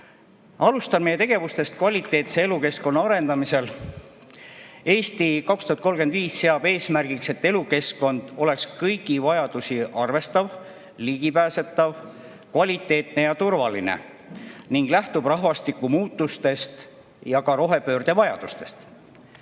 kaudu. Alustan meie tegevustest kvaliteetse elukeskkonna arendamisel. "Eesti 2035" seab eesmärgiks, et elukeskkond oleks kõigi vajadusi arvestav, ligipääsetav, kvaliteetne ja turvaline ning lähtuks rahvastiku muutustest ja ka rohepöörde vajadustest.